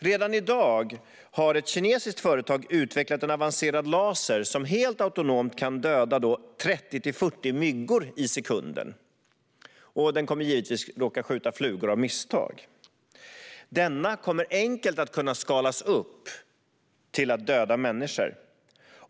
Redan i dag har ett kinesiskt företag utvecklat en avancerad laser som helt autonomt kan döda 30-40 myggor i sekunden, och den kommer givetvis att råka skjuta flugor av misstag. Denna kommer enkelt att kunna skalas upp till att döda människor.